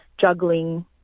juggling